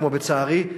כמו בצערי,